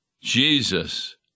Jesus